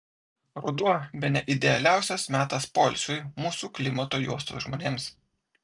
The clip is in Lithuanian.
ruduo bene idealiausias metas poilsiui mūsų klimato juostos žmonėms